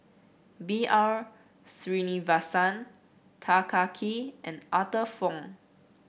B R Sreenivasan Tan Kah Kee and Arthur Fong